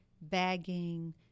bagging